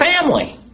family